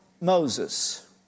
Moses